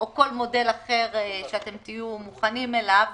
או כל מודל אחר שאתם תהיו מוכנים אליו